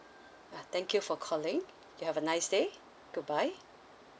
ah thank you for calling hope you have a nice day goodbye